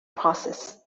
process